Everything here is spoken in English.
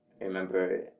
remember